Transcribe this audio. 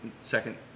second